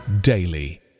daily